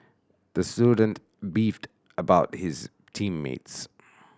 the student beefed about his team mates